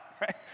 right